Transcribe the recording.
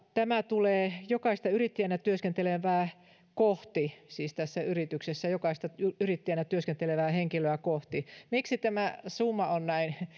tämä tulee jokaista yrittäjänä työskentelevää kohti siis tässä yrityksessä jokaista yrittäjänä työskentelevää henkilöä kohti miksi tämä summa on näin